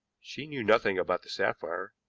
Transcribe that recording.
she knew nothing about the sapphire,